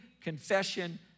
confession